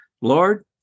Lord